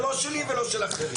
זה לא שלי ולא של אחרים.